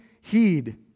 heed